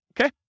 okay